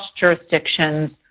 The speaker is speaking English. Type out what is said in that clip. jurisdictions